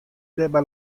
derby